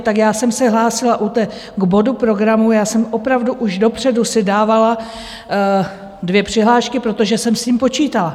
Tak já jsem se hlásila u té k bodu programu, já jsem opravdu už dopředu si dávala dvě přihlášky, protože jsem s tím počítala.